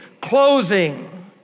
closing